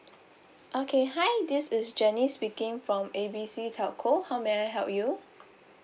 okay hi this is janice speaking from A B C telco how may I help you